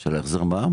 של החזר מע"מ?